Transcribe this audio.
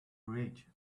rich